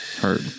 Hurt